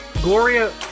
Gloria